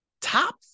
top